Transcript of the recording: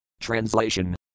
Translation